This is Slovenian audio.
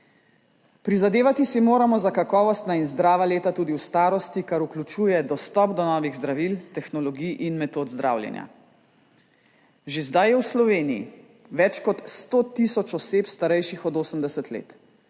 Prizadevati si moramo za kakovostna in zdrava leta tudi v starosti, kar vključuje dostop do novih zdravil, tehnologij in metod zdravljenja. Že zdaj je v Sloveniji več kot 100 tisoč oseb, starejših od 80 let,